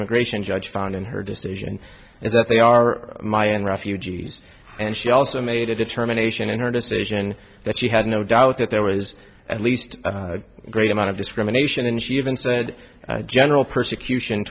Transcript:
immigration judge found in her decision is that they are my own refugees and she also made a determination in her decision that she had no doubt that there was at least a great amount of discrimination in jeevan said general persecution